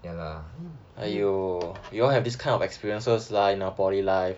ya lah